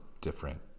different